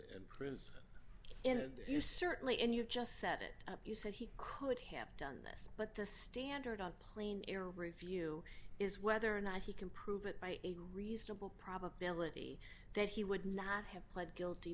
in and you certainly and you just set it up you said he could have done this but the standard of plein air review is whether or not he can prove it by a reasonable probability that he would not have pled guilty